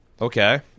Okay